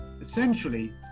essentially